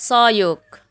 सहयोग